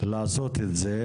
לעשות את זה.